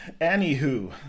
Anywho